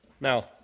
Now